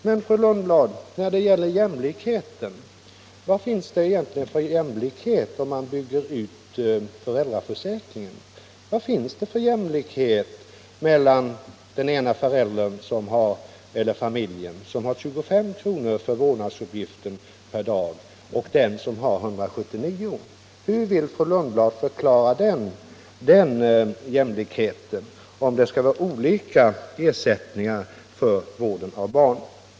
Men, fru Lundblad, vad innebär det egentligen för jämlikhet att bygga ut föräldraförsäkringen? Vad finns det för jämlikhet mellan den ena föräldern eller familjen som har 25 kr. per dag för vårdnadsuppgiften och den som har 179? Hur vill fru Lundblad förklara den bristande jämlikheten, om det skall vara olika ersättningar för vården av barn?